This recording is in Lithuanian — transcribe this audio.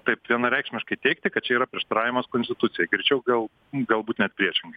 taip vienareikšmiškai teigti kad čia yra prieštaravimas konstitucijai greičiau gal galbūt net priešingai